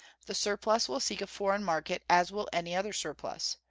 the surplus will seek a foreign market as will any other surplus.